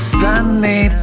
sunny